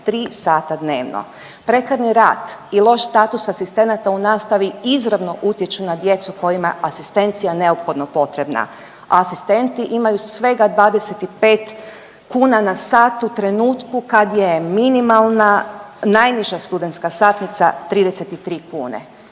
3 sata dnevno. Prekarni rad i loš status asistenata u nastavi izravno utječu na djecu kojima je asistencija neophodno potrebna. Asistenti imaju svega 25 kuna na satu, trenutku kad je minimalna najniža studentska satnica 33 kune.